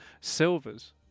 Silver's